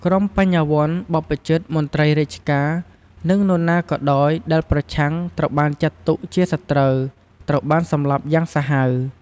ក្រុមបញ្ញវន្ត បព្វជិត មន្ត្រីរាជការ និងនរណាក៏ដោយដែលប្រឆាំង ត្រូវបានចាត់ទុកជា «សត្រូវ» ត្រូវបានសម្លាប់យ៉ាងសាហាវ។